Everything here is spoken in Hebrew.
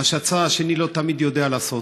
מה שהצד השני לא תמיד יודע לעשות.